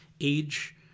age